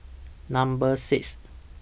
Number six